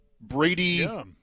Brady